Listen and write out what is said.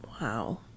Wow